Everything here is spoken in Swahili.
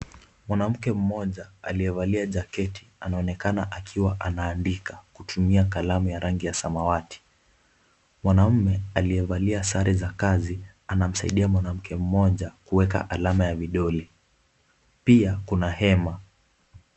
Mwanamke mmoja aliyevalia jaketi anaonekana kuwa anaandika kutumia kalamu ya rangi ya samawati. Mwanaúme aliyevalia sare za kazi anamsaidia mwanamke mmoja kuweka alama ya vidole, pia Kuna hema.